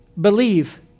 Believe